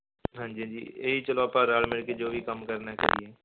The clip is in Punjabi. ਹਾਂਜੀ ਹਾਂਜੀ ਇਹੀ ਚਲੋ ਆਪਾਂ ਰਲ ਮਿਲ ਕੇ ਜੋ ਵੀ ਕੰਮ ਕਰਨਾ ਕਰੀਏ